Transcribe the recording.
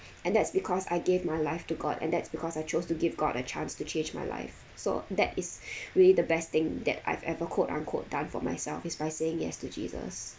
and that's because I gave my life to god and that's because I chose to give god a chance to change my life so that is really the best thing that I've ever quote unquote done for myself is by saying yes to jesus